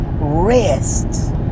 Rest